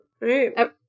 right